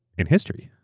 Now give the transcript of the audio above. in history,